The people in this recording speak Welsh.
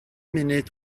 munud